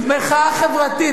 מחאה חברתית.